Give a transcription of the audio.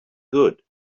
good